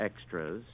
extras